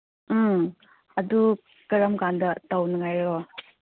ꯎꯝ ꯑꯗꯨ ꯀꯔꯝ ꯀꯥꯟꯗ ꯇꯧꯅꯉꯥꯏꯔꯣ